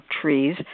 trees